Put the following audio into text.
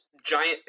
Giant